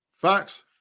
Facts